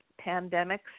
pandemics